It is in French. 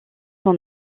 son